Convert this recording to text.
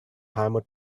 hammer